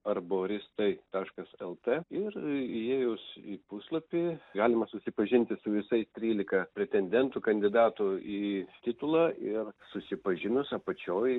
arboristai taškas lt ir įėjus į puslapį galima susipažinti su visais trylika pretendentų kandidatų į titulą ir susipažinus apačioj